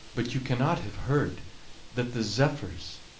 but you cannot have heard that the zephyrs,